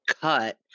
cut